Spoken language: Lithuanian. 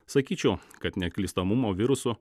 sakyčiau kad neklystamumo virusu